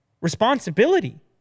responsibility